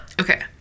Okay